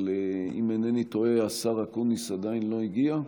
אבל אם אינני טועה, השר אקוניס עדיין לא הגיע,